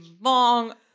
long